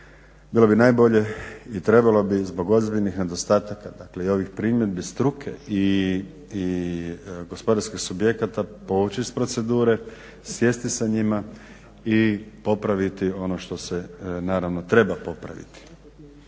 bilo bi najbolje i trebalo bi zbog ozbiljnih nedostataka, dakle i ovih primjedbi struke i gospodarskih subjekata, povući iz procedure, sjesti sa njima i popraviti ono što se naravno treba popraviti.